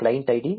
client ID